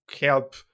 help